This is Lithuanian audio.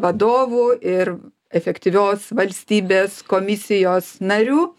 vadovu ir efektyvios valstybės komisijos nariu